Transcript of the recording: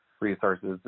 resources